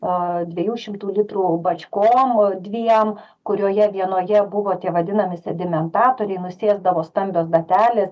a dviejų šimtų litrų bačkom į dviem kurioje vienoje buvo tie vadinami sedimentatoriai nusėsdavo stambios detalės